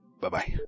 Bye-bye